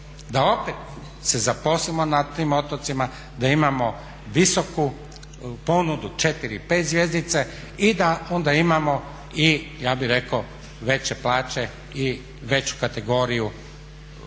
da opet se zaposlimo na tim otocima, da imamo visoku ponudu četiri, pet zvjezdice i da onda imamo i ja bih rekao i veće plaće i veću kategoriju radnih